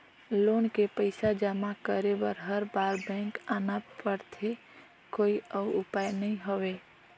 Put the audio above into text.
Loan के पईसा जमा करे बर हर बार बैंक आना पड़थे कोई अउ उपाय नइ हवय?